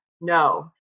No